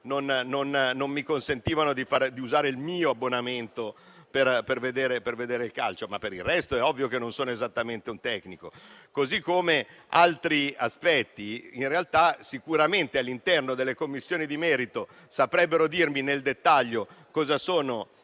non ero consentito usare il mio abbonamento per vedere il calcio. Ma per il resto è ovvio che non sono esattamente un tecnico. Allo stesso modo, su altri aspetti sicuramente all'interno delle Commissioni di merito saprebbero dirmi nel dettaglio le